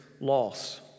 loss